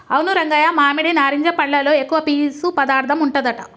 అవును రంగయ్య మామిడి నారింజ పండ్లలో ఎక్కువ పీసు పదార్థం ఉంటదట